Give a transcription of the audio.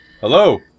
Hello